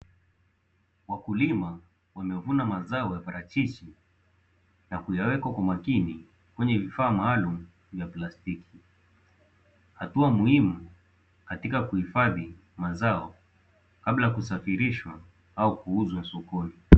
Wakulima wanaovuna mazao ya parachichi na kuyaweka kwa umakini kwenye vifaa maalumu vya plastiki, hatua muhimu katika kuhifadhi mazao kabla ya kusafirishwa au kuuzwa sokoni.